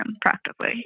practically